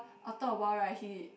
after a while right he